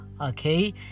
okay